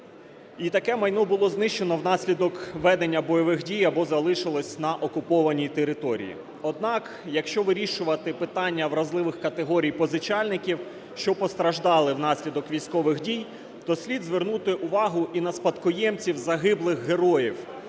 таке майно було знищено внаслідок ведення бойових дій або залишилось на окупованій території. Однак, якщо вирішувати питання вразливих категорій позичальників, що постраждали внаслідок військових дій, то слід звернути увагу і на спадкоємців загиблих героїв,